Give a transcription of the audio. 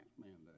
mandate